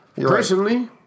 Personally